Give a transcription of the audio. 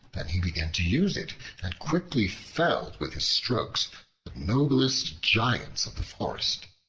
than he began to use it and quickly felled with his strokes the noblest giants of the forest.